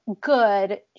good